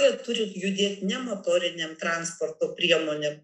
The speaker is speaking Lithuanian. jie turi judėti nemotorinėms transporto priemonę